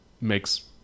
makes